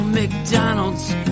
McDonald's